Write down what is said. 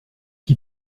qui